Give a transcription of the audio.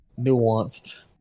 nuanced